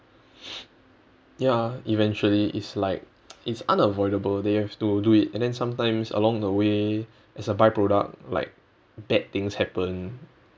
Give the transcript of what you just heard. ya eventually it's like it's unavoidable they have to do it and then sometimes along the way it's a byproduct like bad things happens